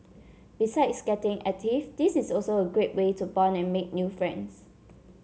besides getting active this is also a great way to bond and make new friends